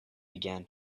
began